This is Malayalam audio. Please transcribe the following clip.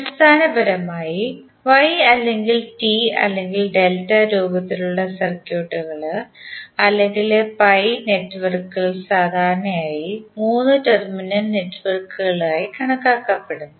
അടിസ്ഥാനപരമായി Y അല്ലെങ്കിൽ t അല്ലെങ്കിൽ ഡെൽറ്റ രൂപത്തിലുള്ള സർക്യൂട്ടുകൾ അല്ലെങ്കിൽ പൈ നെറ്റ്വർക്കുകൾ സാധാരണയായി 3 ടെർമിനൽ നെറ്റ്വർക്കുകളായി കണക്കാക്കപ്പെടുന്നു